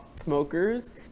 smokers